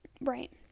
right